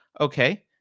okay